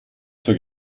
zur